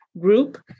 group